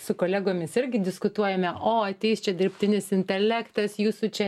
su kolegomis irgi diskutuojame o ateis čia dirbtinis intelektas jūsų čia